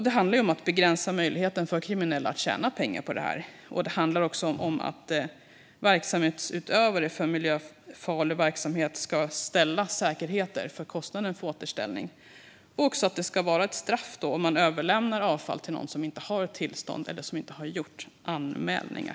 Det handlar om att begränsa möjligheten för kriminella att tjäna pengar, och det handlar om att utövare av miljöfarlig verksamhet ska ställa säkerheter för kostnaden för återställning. Det ska också utdömas straff om man överlämnar avfall till någon som inte har tillstånd eller som inte har gjort anmälningar.